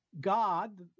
God